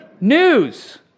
news